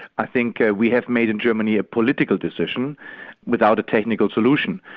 i think we have made in germany a political decision without a technical solution.